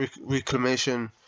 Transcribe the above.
reclamation